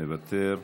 מוותר,